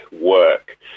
work